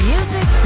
Music